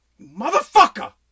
motherfucker